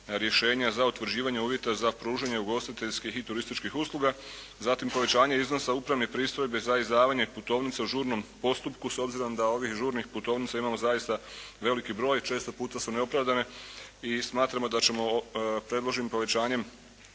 rješenja za utvrđivanje uvjeta za pružanje ugostiteljskih i turističkih usluga, zatim povećanje iznosa upravnih pristojbi za izdavanje putovnica u žurnom postupku s obzirom da ovih žurnih putovnica imamo zaista veliki broj, često puta su neopravdane i smatramo da ćemo predloženim povećanjem